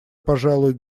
пожалуй